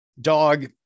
Dog